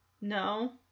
no